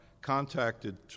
contacted